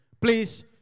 Please